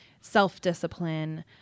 self-discipline